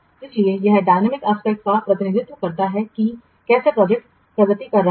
इसलिए यह dynamic aspects गतिशील पहलुओं का प्रतिनिधित्व करता है कि कैसे प्रोजेक्ट प्रगति कर रहा है